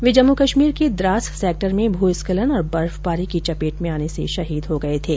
वे जम्मू कश्मीर के द्रास सेक्टर में भूस्खलन और बर्फबारी की चपेट में आने से शहीद हो गये थे